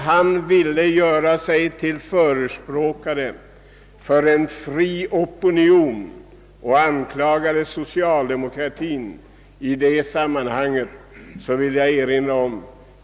Han ville göra sig till förespråkare för en fri opinion och anklagade socialdemokratin för att vilja motsätta sig en sådan.